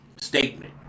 statement